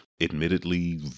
admittedly